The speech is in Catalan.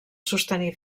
sostenir